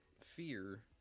fear